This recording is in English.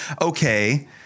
okay